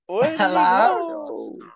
Hello